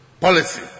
policy